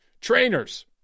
trainers